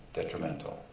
detrimental